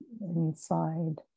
inside